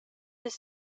his